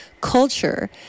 culture